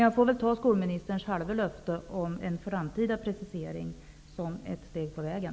Jag får väl ta skolministerns halva löfte om en framtida precisering som ett steg på vägen.